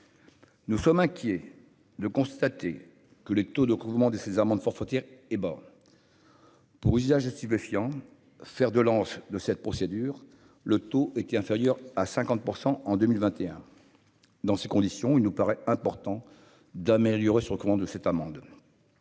nous sommes inquiets de constater que les taux de groupements de ces amendes forfaitaires et pour usage de stupéfiants, fer de lance de cette procédure, le taux et qui est inférieur à 50 % en 2021, dans ces conditions, il nous paraît important d'améliorer sur comment de cette amende